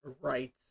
right